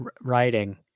writing